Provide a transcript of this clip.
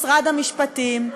משרד המשפטים,